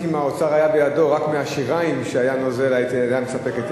אם האוצר היה בידו היינו נראים אחרת.